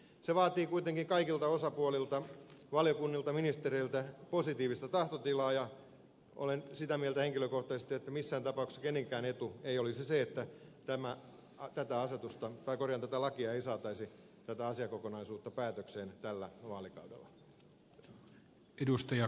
se vaatii kuitenkin kaikilta osapuolilta valiokunnilta ministereiltä positiivista tahtotilaa ja olen sitä mieltä henkilökohtaisesti että missään tapauksessa kenenkään etu ei olisi se että tätä lakia tätä asiakokonaisuutta ei saataisi päätökseen tällä vaalikaudella